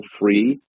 free